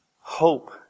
hope